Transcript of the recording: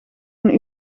een